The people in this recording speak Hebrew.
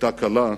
היתה קלה,